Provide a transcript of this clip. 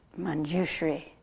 Manjushri